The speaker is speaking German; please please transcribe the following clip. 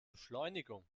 beschleunigung